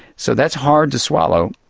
so that's hard to swallow.